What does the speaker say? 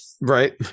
right